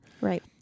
Right